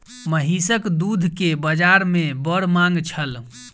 महीसक दूध के बाजार में बड़ मांग छल